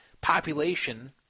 population